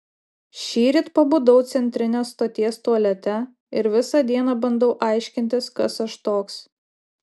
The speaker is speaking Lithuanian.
šįryt pabudau centrinės stoties tualete ir visą dieną bandau aiškintis kas aš toks